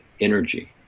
energy